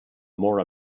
mora